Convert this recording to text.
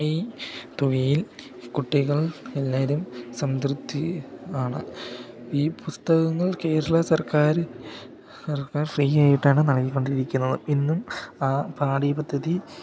ഈ തുകയിൽ കുട്ടികൾ എല്ലാവരും സംതൃപ്തി ആണ് ഈ പുസ്തകങ്ങൾ കേരള സർക്കാർ സർക്കാർ ഫ്രീ ആയിട്ടാണ് നൽകി കൊണ്ടിരിക്കുന്നത് ഇന്നും ആ പാഠ്യ പദ്ധതി